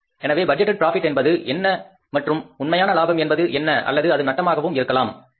எனவே budgeted profit என்பது என்ன மற்றும் உண்மையான லாபம் என்பது என்ன அல்லது அது நட்டமாகவும் இருக்கலாம் இருக்கலாம்